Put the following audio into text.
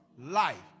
Life